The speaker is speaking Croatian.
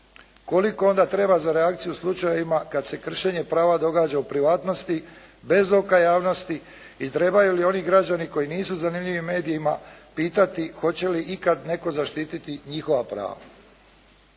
Koliko onda treba za reakciju u slučajevima kad se kršenje prava događa u privatnosti bez oka javnosti i trebaju li oni građani koji nisu zanimljivi medijima pitati hoće li ikada netko zaštititi njihova prava.